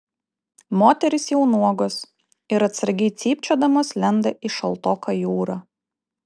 moterys jau nuogos ir atsargiai cypčiodamos lenda į šaltoką jūrą